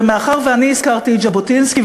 ומאחר שאני הזכרתי את ז'בוטינסקי,